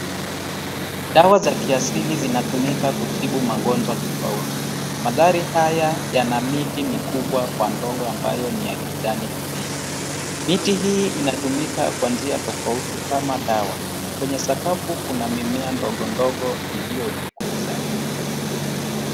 Dawa za kiasili zinatumika kutibu magonjwa tofauti. Mandhari haya yana miti mikubwa kwa ndogo ambayo ni ya kijani kibichi. Miti hii inatumika kwa njia tofauti kama dawa. Kwenye sakafu kuna mimea ndogo ndogo iliyojikuza.